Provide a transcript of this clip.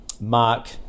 Mark